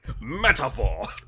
metaphor